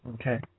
Okay